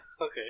okay